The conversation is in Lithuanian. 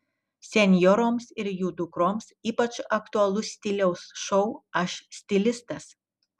senjoroms ir jų dukroms ypač aktualus stiliaus šou aš stilistas